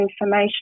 information